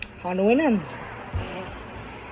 Halloween